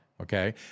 okay